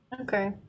Okay